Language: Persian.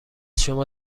شما